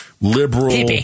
liberal